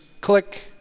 click